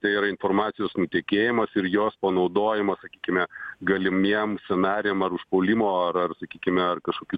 tai yra informacijos nutekėjimas ir jos panaudojimas sakykime galimiem scenarijam ar užpuolimo ar ar sakykime ar kažkokių